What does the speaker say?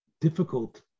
difficult